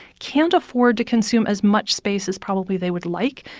can't afford to consume as much space as probably they would like.